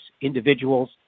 individuals